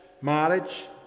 marriage